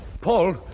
Paul